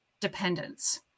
dependence